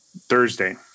Thursday